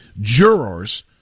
Jurors